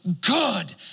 good